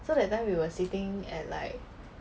so that time we were sitting at like